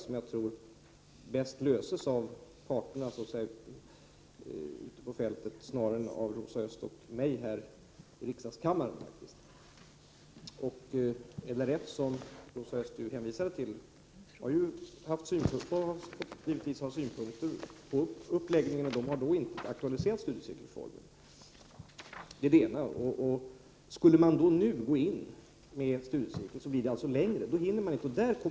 Dessa frågor tror jag bäst löses av parterna ute på fältet, snarare än av Rosa Östh och mig i riksdagens kammare. LRF, som Rosa Östh hänvisade till, får naturligtvis ha synpunkter på uppläggningen av denna utbildning, men LRF har inte aktualiserat studiecirkelformen. Om man nu skulle börja bedriva denna utbildning i studiecirkelform skulle det ta längre tid, och då hinner man inte genomföra denna utbildning i tid.